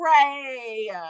pray